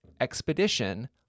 Expedition